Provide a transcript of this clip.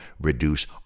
reduce